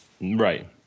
Right